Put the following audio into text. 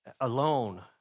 alone